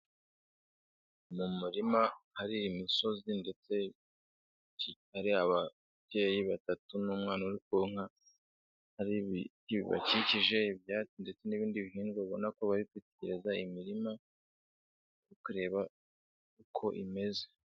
Mu murima hari imisozi ndetse hari ababyeyi batatu n'umwana uri konka, hari ibiti bibakikije, ibyatsi ndetse n'ibindi bihingwa ubona ko bari kwitegereza imirima, bari kureba uko imeze.